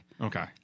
Okay